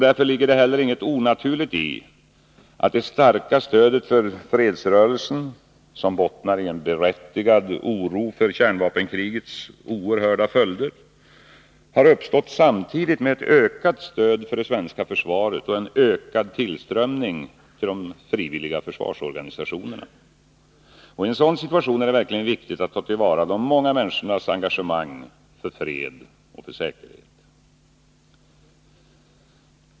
Därför ligger det heller inget onaturligt i att det starka stödet för fredsrörelsen, som bottnar i en berättigad oro för kärnvapenkrigets oerhörda följder, har uppstått samtidigt med ett ökat stöd för det svenska försvaret och en ökad tillströmning till de frivilliga försvarsorganisationerna. I en sådan situation är det verkligen viktigt att ta till vara de många människornas engagemang för fred och säkerhet.